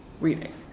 reading